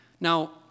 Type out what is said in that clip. Now